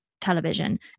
television